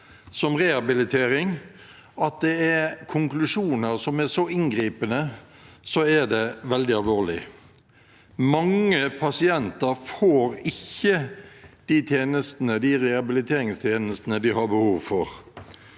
som rehabilitering – at det er konklusjoner som er så inngripende, er det veldig alvorlig. Mange pasienter får ikke de rehabiliteringstjenestene de har behov for.